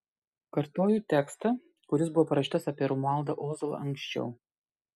kartoju tekstą kuris buvo parašytas apie romualdą ozolą anksčiau